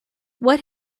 what